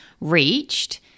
reached